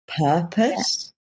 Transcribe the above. purpose